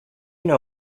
know